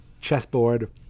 chessboard